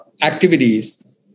activities